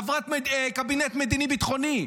חברת קבינט מדיני-ביטחוני.